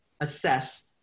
assess